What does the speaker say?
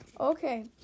Okay